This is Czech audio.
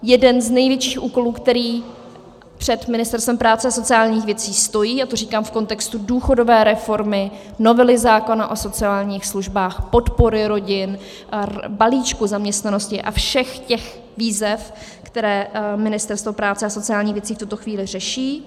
Jeden z největších úkolů, který před Ministerstvem práce a sociálních věcí stojí, a to říkám v kontextu důchodové reformy, novely zákona o sociálních službách, podpory rodin, balíčku zaměstnanosti a všech těch výzev, které Ministerstvo práce a sociálních věcí v tuto chvíli řeší.